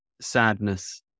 sadness